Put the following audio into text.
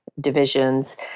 divisions